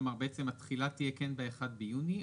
בעצם התחילה תהיה כן ב-1 ביוני,